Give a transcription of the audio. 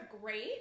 great